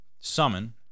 Summon